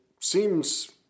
seems